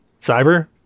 Cyber